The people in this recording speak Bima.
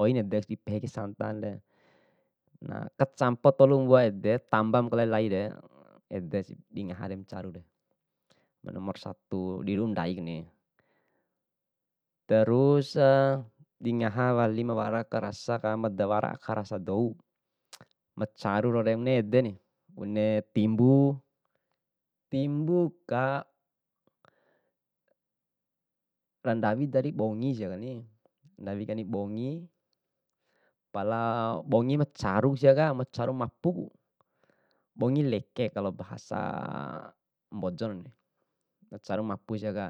oina ede dipehe kai santanre. Na, kacampo tolu mbua ede tamba makalai lai re edeku dingaha macarure, manomor satu di ru'u ndaikuni. Trus dingaha wali aka rasaka madawara aka rasa dou, macaru rau re ni, mone ede ni bune timbu, timbuka randawi dari bongi sikaani, ndawi kani bongi, pala bongi macarulku siaka macaru mapuku, bongi leke kalo bahasa mbojona, macaru mapu siaka.